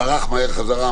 ברח מהר חזרה,